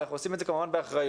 אנחנו עושים את זה כמובן באחריות.